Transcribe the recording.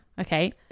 Okay